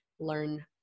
Learn